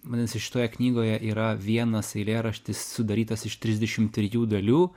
vadinasi šitoje knygoje yra vienas eilėraštis sudarytas iš trisdešim trijų dalių